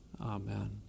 Amen